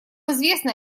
известно